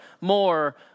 more